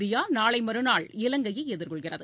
India நாளை மறுநாள் இலங்கையை எதிர்கொள்கிறது